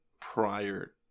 prior